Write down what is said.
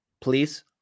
Please